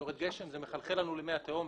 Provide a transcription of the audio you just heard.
כשיורד גשם זה מחלחל למי התהום,